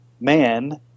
man